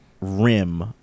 rim